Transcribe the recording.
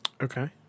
Okay